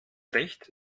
recht